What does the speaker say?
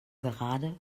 gerade